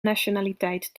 nationaliteit